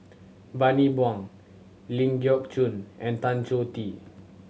Bani Buang Ling Geok Choon and Tan Choh Tee